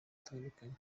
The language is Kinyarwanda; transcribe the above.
atandukanye